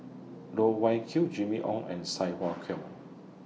Loh Wai Kiew Jimmy Ong and Sai Hua Kuan